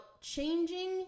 changing